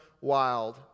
wild